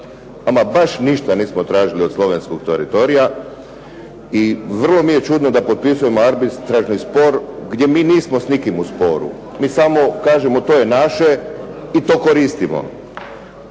Ama baš ništa nismo tražili od slovenskog teritorija. I vrlo mi je čudno da mi potpisujemo arbitražni spor gdje mi nismo s nikim u sporu. Mi samo kažemo to je naše i to koristimo.